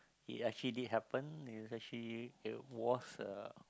it actually did happen it actually it was a